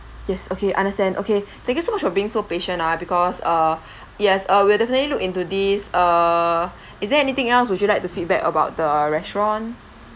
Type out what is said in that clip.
yes okay understand okay thank you so much for being so patient ah because uh yes uh we'll definitely look into this err is there anything else would you like to feedback about the restaurant